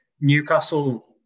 Newcastle